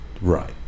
right